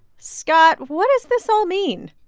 scott, what does this all mean?